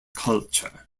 culture